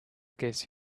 guess